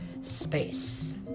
Space